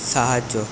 সাহায্য